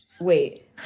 Wait